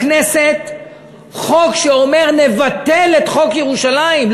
לכנסת חוק שאומר: נבטל את חוק ירושלים.